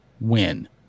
win